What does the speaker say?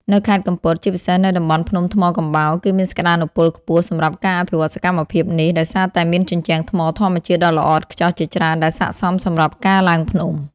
នៅខេត្តកំពត ជាពិសេសនៅតំបន់ភ្នំថ្មកំបោរ គឺមានសក្ដានុពលខ្ពស់សម្រាប់ការអភិវឌ្ឍសកម្មភាពនេះ ដោយសារតែមានជញ្ជាំងថ្មធម្មជាតិដ៏ល្អឥតខ្ចោះជាច្រើនដែលស័ក្ដិសមសម្រាប់ការឡើងភ្នំ។